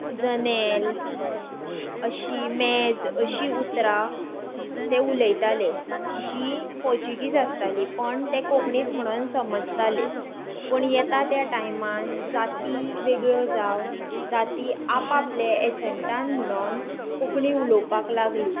जनेल अशीं मेज अशीं उतरां ते उलयताले जीं पोर्चुगीस आसतालीं पण ते कोंकणी म्हणन समजताले पूण येता त्या टायमान जाती वेगळ्यो जावं जाती आपले एसंटान म्हणोन कोंकणी उलोवपाक लागलीं